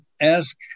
ask